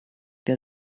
der